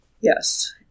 Yes